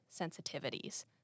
sensitivities